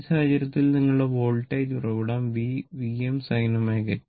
ഈ സാഹചര്യത്തിൽ നിങ്ങളുടെ വോൾട്ടേജ് ഉറവിടം V Vm sin ω t